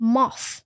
Moth